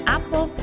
Apple